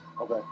Okay